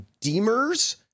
demers